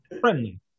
friendly